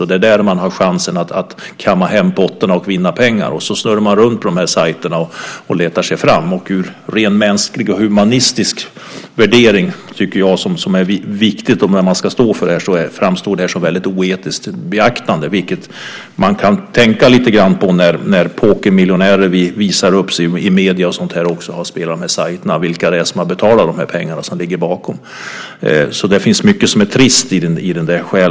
Det är där man har chansen att kamma hem potterna och vinna pengar. Man snurrar runt på de här sajterna och letar sig fram. Utifrån rent mänskliga och humanistiska värderingar, vilket är viktigt när man ska stå för det här, tycker jag att detta framstår som väldigt oetiskt. Man kan tänka lite grann på det, när pokermiljonärer som har spelat på de här sajterna visar upp sig i medier och sådant, och på vilka det är som har betalat de pengar som ligger bakom. Så det finns mycket som är trist.